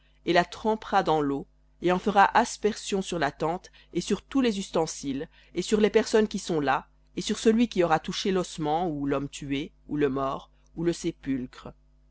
et la trempera dans l'eau et en fera aspersion sur la tente et sur tous les ustensiles et sur les personnes qui sont là et sur celui qui aura touché l'ossement ou l'homme tué ou le mort ou le sépulcre